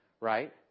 right